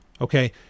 Okay